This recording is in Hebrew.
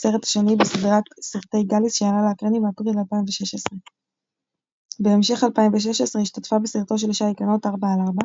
הסרט השני בסדרת סרטי "גאליס" שעלה לאקרנים באפריל 2016. בהמשך 2016 השתתפה בסרטו של שי כנות "ארבע על ארבע".